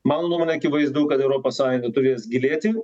mano nuomone akivaizdu kad europos sąjunga turės gilėti